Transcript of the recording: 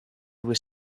were